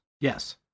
Yes